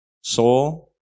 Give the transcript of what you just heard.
soul